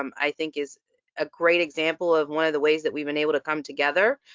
um i think is a great example of one of the ways that we've been able to come together.